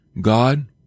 God